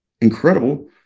incredible